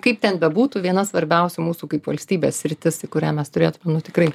kaip ten bebūtų viena svarbiausių mūsų kaip valstybės sritis į kurią mes turėtume nu tikrai